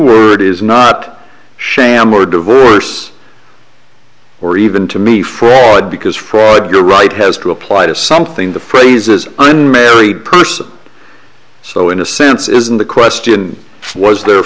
word is not sham or diverse or even to me for it because fraud you're right has to apply to something the phrases unmarried person so in a sense isn't the question was the